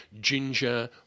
ginger